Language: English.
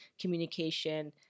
communication